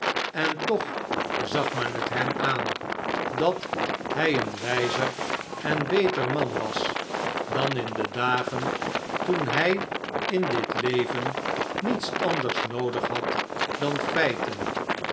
en toch zag men het hem aan dat hij een wijzer en beter man was dan in de dagen toen hij in dit leven niets anders noodig had dan feiten